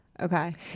Okay